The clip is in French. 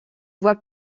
voie